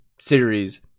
series